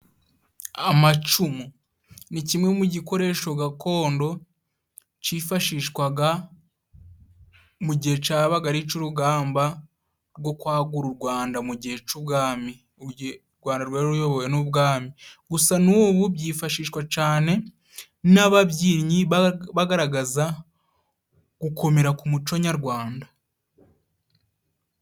Amacumu ni kimwe mu gikoresho gakondo cifashishwaga mu gihe cabaga ari ic'urugamba rwo kwagura u Rwanda mu gihe c'ubwami, mu gihe u Rwanda rwari ruyobowe n'ubwami, gusa n'ubu byifashishwa cane n'ababyinnyi bagaragaza gukomera ku muco nyarwanda.